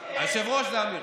היושב-ראש הוא אמיר.